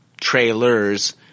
trailers